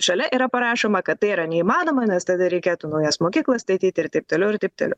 šalia yra parašoma kad tai yra neįmanoma nes tada reikėtų naujas mokyklas statyti ir taip toliau ir taip toliau